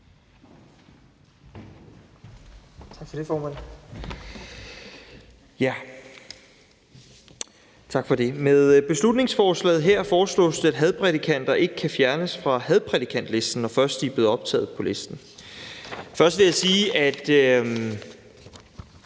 Med beslutningsforslaget her foreslås det, at hadprædikanter ikke kan fjernes fra hadprædikantlisten, når først de er blevet optaget på listen. Først vil jeg sige, at